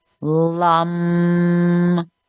Lum